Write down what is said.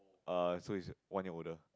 err so is one year older